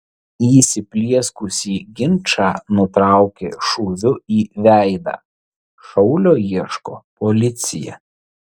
įsiplieskusį ginčą nutraukė šūviu į veidą šaulio ieško policija